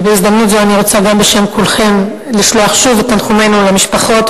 ובהזדמנות זו אני רוצה גם בשם כולכם לשלוח שוב את תנחומינו למשפחות,